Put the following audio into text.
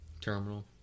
Terminal